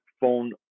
phone